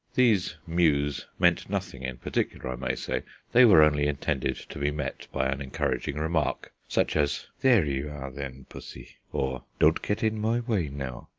these mews meant nothing in particular, i may say they were only intended to be met by an encouraging remark, such as there you are, then, pussy, or don't get in my way, now,